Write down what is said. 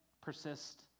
persist